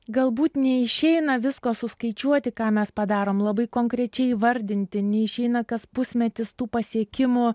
galbūt neišeina visko suskaičiuoti ką mes padarom labai konkrečiai įvardinti neišeina kas pusmetis tų pasiekimų